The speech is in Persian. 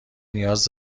نیاز